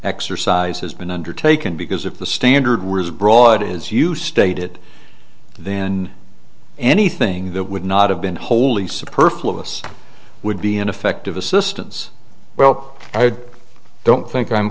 exercise has been undertaken because if the standard was broad as you state it then anything that would not have been wholly superfluous would be ineffective assistance well i don't think i'm